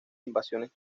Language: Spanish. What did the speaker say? invenciones